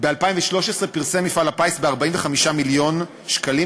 ב-2013 פרסם מפעל הפיס ב-45 מיליון שקלים,